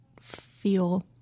feel